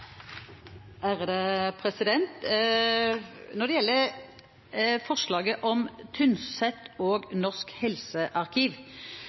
hele landet. Når det gjelder forslaget om Tynset og Norsk helsearkiv,